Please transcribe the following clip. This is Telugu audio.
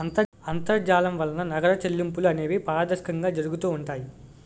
అంతర్జాలం వలన నగర చెల్లింపులు అనేవి పారదర్శకంగా జరుగుతూ ఉంటాయి